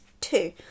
Two